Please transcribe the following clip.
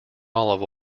olive